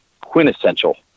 quintessential